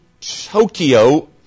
Tokyo